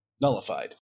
nullified